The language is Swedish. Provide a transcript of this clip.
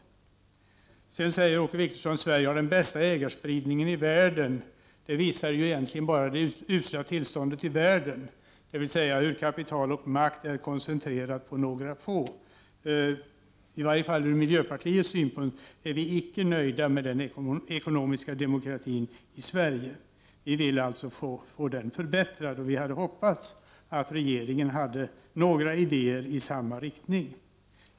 Åke Wictorsson säger att Sverige har den bästa ägarspridningen i världen. Det visar egentligen bara det usla tillståndet i världen, dvs. hur kapital och makt är koncentrerat till några få. I varje fall vi i miljöpartiet är icke nöjda med den ekonomiska demokratin i Sverige. Vi vill alltså få den förbättrad, och vi hade hoppats att regeringen hade några idéer i samma riktning.